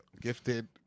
Gifted